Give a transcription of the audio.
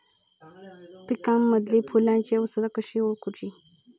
पिकांमदिल फुलांची अवस्था कशी ओळखुची?